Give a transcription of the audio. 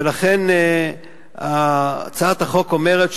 ולכן הצעת החוק אומרת,